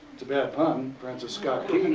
it's a bad pun. francis scott key